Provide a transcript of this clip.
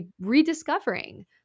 rediscovering